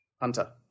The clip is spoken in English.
Hunter